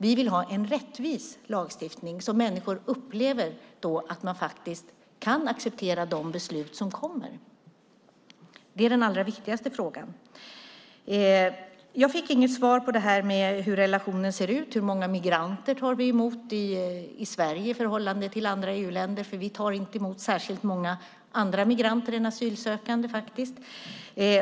Vi vill ha en rättvis lagstiftning som gör att människor upplever att de kan acceptera de beslut som kommer. Det är den allra viktigaste frågan. Jag fick inget svar på hur relationen ser ut, hur många migranter vi i Sverige tar emot i förhållande till andra EU-länder. Vi tar inte emot särskilt många andra migranter än asylsökande.